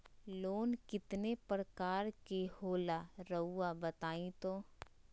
Loan कितने पारकर के होला रऊआ बताई तो?